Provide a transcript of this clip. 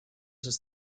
sus